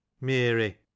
mary